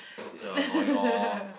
so you say I'm annoying hor